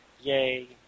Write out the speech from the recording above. Yay